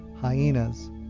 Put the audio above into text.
hyenas